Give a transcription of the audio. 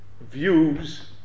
views